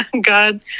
god